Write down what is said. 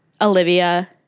Olivia